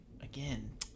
again